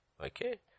Okay